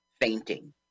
fainting